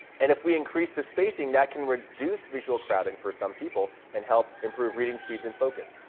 and if we increase the spacing, that can reduce visual crowding for some people and help improve reading speeds and focus.